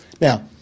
Now